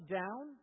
down